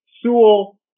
Sewell